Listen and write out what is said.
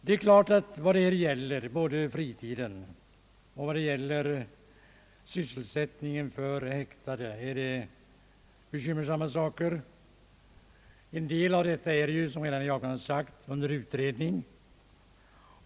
Det är klart att både fritiden och sysselsättningen för häktade är bekymmersamma problem. En del av dem är, såsom herr Jacobsson redan sagt, under utredning.